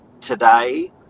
today